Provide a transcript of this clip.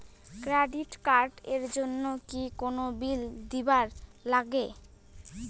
Credit card এর জন্যে কি কোনো বিল দিবার লাগে?